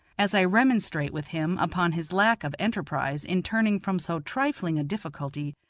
as i remonstrate with him upon his lack of enterprise in turning from so trifling a difficulty,